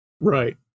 Right